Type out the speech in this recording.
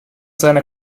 seiner